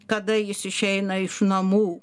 kada jis išeina iš namų